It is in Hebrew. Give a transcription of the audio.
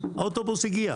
האוטובוס הגיע.